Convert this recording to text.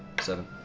Seven